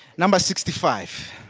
number sixty five